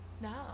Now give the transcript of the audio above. No